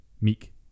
Meek